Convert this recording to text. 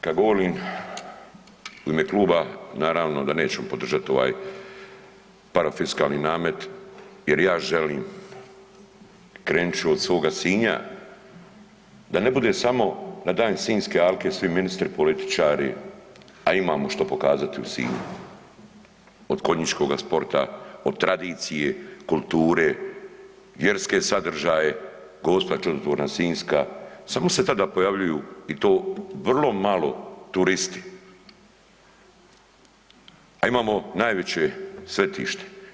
kad govorim u ime kluba naravno da nećemo podržat ovaj parafiskalni namet jer ja želim, krenut ću od svoga Sinja, da ne bude samo na dan Sinjske alke svi ministri, političari, a imamo što pokazati u Sinju, od konjičkoga sporta, od tradicije, kulture, vjerske sadržaje, Gospa Čudotvorna Sinjska, samo se tada pojavljuju i to vrlo malo turisti, a imamo najveće svetište.